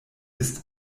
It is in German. ist